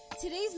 Today's